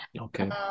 Okay